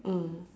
mm